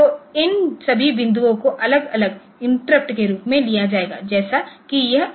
तो इन सभी बिंदुओं को अलग अलग इंटरप्ट के रूप में लिया जाएगा जैसे कि यह एक